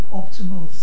optimal